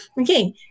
Okay